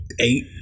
eight